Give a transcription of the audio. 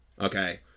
Okay